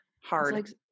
hard